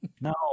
no